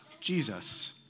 Jesus